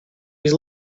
was